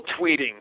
tweeting